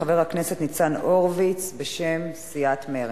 חבר הכנסת ניצן הורוביץ בשם סיעת מרצ.